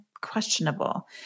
questionable